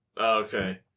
Okay